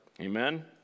Amen